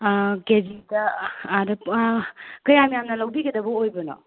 ꯀꯦꯖꯤꯗ ꯂꯨꯄꯥ ꯀꯌꯥꯝ ꯌꯥꯝꯅ ꯂꯧꯕꯤꯒꯗꯕ ꯑꯣꯏꯕꯅꯣ